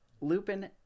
Lupin